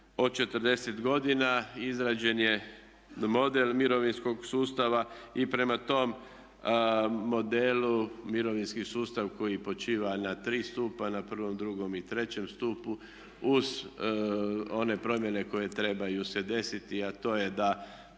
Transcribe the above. od 40 godina. Izrađen je model mirovinskog sustava i prema tom modelu mirovinski sustav koji počiva na tri stupa na I., II. i III. stupu uz one promjene koje trebaju se desiti a to je da